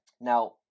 Now